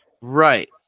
Right